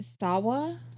Sawa